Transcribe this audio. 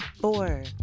four